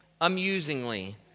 amusingly